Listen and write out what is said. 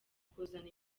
kuzana